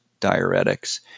diuretics